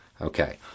Okay